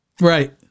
Right